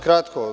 Kratko.